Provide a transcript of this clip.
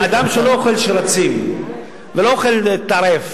אדם שלא אוכל שרצים ולא אוכל טרף,